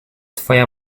twoja